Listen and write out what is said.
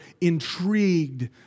intrigued